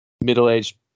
middle-aged